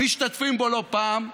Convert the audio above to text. משתתפים בו לא פעם,